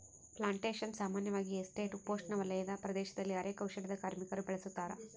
plantations ಸಾಮಾನ್ಯವಾಗಿ estate ಉಪೋಷ್ಣವಲಯದ ಪ್ರದೇಶದಲ್ಲಿ ಅರೆ ಕೌಶಲ್ಯದ ಕಾರ್ಮಿಕರು ಬೆಳುಸತಾರ